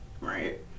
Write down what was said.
right